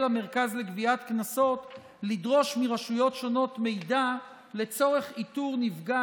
המרכז לגביית קנסות לדרוש מרשויות שונות מידע לצורך איתור נפגע